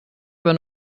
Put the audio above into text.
über